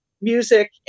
music